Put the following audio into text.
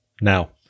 Now